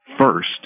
first